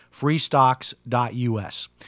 freestocks.us